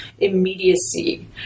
immediacy